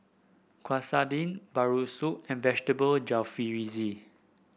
Quesadilla Bratwurst and Vegetable Jalfrezi